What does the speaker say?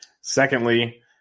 Secondly